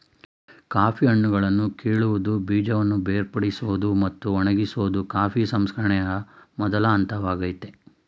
coffee ಹಣ್ಣುಗಳನ್ನು ಕೀಳುವುದು ಬೀಜವನ್ನು ಬೇರ್ಪಡಿಸೋದು ಮತ್ತು ಒಣಗಿಸೋದು ಕಾಫಿ ಸಂಸ್ಕರಣೆಯ ಮೊದಲ ಹಂತವಾಗಯ್ತೆ